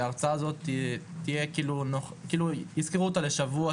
וההרצאה הזו תיזכר לשבוע-שבועיים,